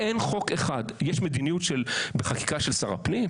אין חוק אחד, יש מדיניות בחקיקה של שר הפנים?